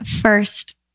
first